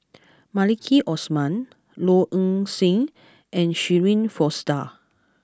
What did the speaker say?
Maliki Osman Low Ing Sing and Shirin Fozdar